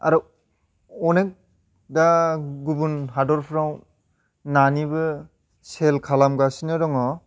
आर अनेक दा गुबुन हादरफ्राव नानिबो सेल खालामगासिनो दङ